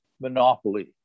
monopoly